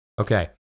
Okay